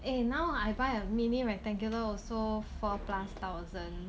eh now I buy a mini rectangular also four plus thousand